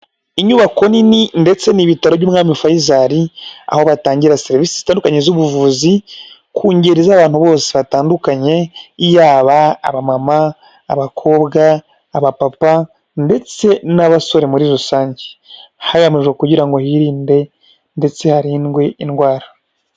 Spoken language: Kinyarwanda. Inyubako nini ndetse n'ibitaro by'umwami Faisal. Aho batangira serivisi zitandukanye z'ubuvuzi ku ngeri z'abantu bose batandukanye yaba abamama, abakobwa, abapapa ndetse n'abasore muri rusange, hagamijwe kugira ngo hirinde ndetse harindwe indwara.